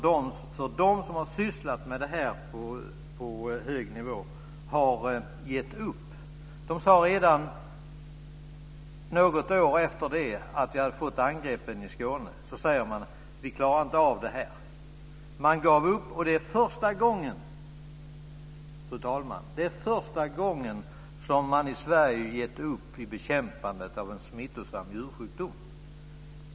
De som har sysslat med detta på hög nivå har gett upp. Redan något år efter det att vi hade fått angrepp i Skåne säger man att man inte klarar av det. Man gav upp, och det är första gången som man i Sverige gett upp i bekämpandet av en smittsam djursjukdom, fru talman.